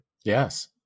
Yes